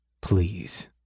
Please